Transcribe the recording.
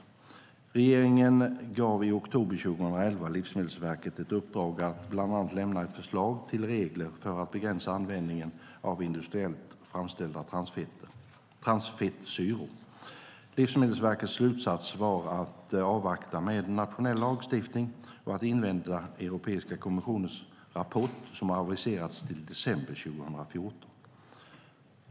Regeringen gav i oktober 2011 Livsmedelsverket ett uppdrag att bland annat lämna ett förslag till regler för att begränsa användningen av industriellt framställda transfettsyror. Livsmedelsverkets slutsats var att avvakta med nationell lagstiftning och invänta Europeiska kommissionens rapport som har aviserats till december 2014.